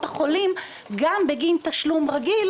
החולים עושים את העבודה שלהם גם בגין תשלום רגיל,